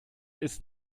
ist